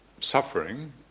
Suffering